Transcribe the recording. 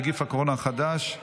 נגיף הקורונה החדש),